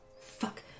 Fuck